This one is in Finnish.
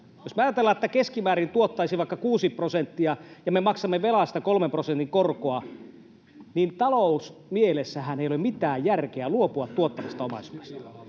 Jos me ajatellaan, että keskimäärin tuottaisi vaikka kuusi prosenttia ja me maksamme velasta kolmen prosentin korkoa, niin talousmielessähän ei ole mitään järkeä luopua tuottavasta omaisuudesta.